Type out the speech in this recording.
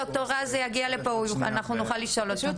ד"ר רז יגיע לפה ואנחנו נוכל לשאול אותו.